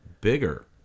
bigger